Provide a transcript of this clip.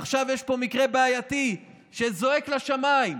עכשיו יש פה מקרה בעייתי שזועק לשמיים,